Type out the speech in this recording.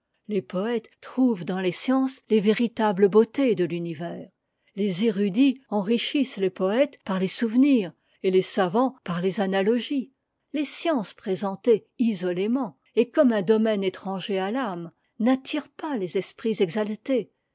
les poëtes trouvent dans les sciences les véritables beautés de l'univers les érudits enrichissent les poëtes par les souvenirs et les savants par les analogies les sciences présentées isolément et comme un domaine étranger à l'âme n'attirent pas les esprits exaltés